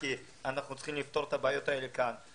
כי אנו צריכים לפתור את הבעיות האלה כאן.